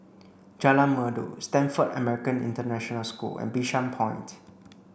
Jalan Merdu Stamford American International School and Bishan Point